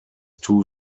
two